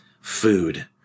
food